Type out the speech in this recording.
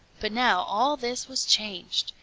but now all this was changed.